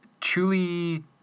truly